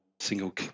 Single